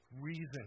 reason